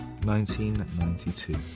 1992